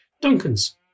Duncan's